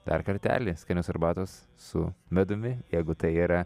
dar kartelį skanios arbatos su medumi jeigu tai yra